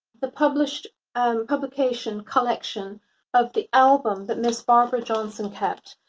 the publication um publication collection of the album, that ms. barbara johnson kept.